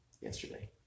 yesterday